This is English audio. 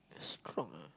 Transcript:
strong ah